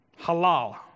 Halal